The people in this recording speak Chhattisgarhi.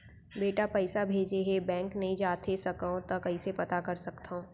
बेटा पइसा भेजे हे, बैंक नई जाथे सकंव त कइसे पता कर सकथव?